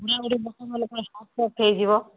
ବୁଢ଼ା ବୁଢ଼ୀ ଲୋକ ନହେଲେ କାହାର ହାର୍ଟ ଷ୍ଟ୍ରୋକ୍ ହୋଇଯିବ